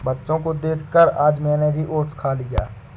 बच्चों को देखकर आज मैंने भी ओट्स खा लिया